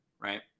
right